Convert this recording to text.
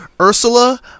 Ursula